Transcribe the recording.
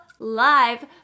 live